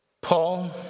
Paul